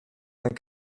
vingt